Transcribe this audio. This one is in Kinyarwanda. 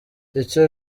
icyo